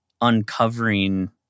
uncovering